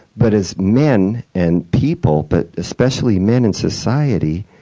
but as men and people, but especially men in society,